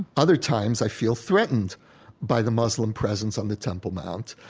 other times, i feel threatened by the muslim presence on the temple mount,